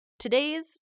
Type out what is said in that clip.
Today's